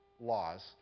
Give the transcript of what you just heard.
laws